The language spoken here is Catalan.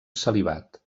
celibat